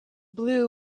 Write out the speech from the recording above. blew